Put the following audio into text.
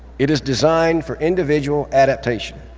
it is designed for individual adaptation,